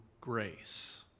grace